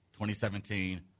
2017